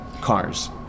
Cars